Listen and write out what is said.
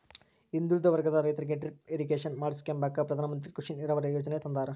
ಹಿಂದುಳಿದ ವರ್ಗದ ರೈತರಿಗೆ ಡಿಪ್ ಇರಿಗೇಷನ್ ಮಾಡಿಸ್ಕೆಂಬಕ ಪ್ರಧಾನಮಂತ್ರಿ ಕೃಷಿ ನೀರಾವರಿ ಯೀಜನೆ ತಂದಾರ